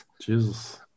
Jesus